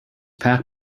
pac